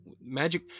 magic